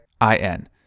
I-N